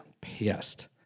pissed